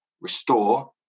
restore